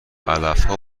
علفها